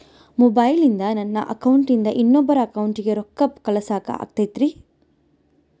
ಮೊಬೈಲಿಂದ ನನ್ನ ಅಕೌಂಟಿಂದ ಇನ್ನೊಬ್ಬರ ಅಕೌಂಟಿಗೆ ರೊಕ್ಕ ಕಳಸಾಕ ಆಗ್ತೈತ್ರಿ?